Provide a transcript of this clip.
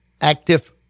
active